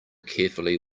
carefully